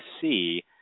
see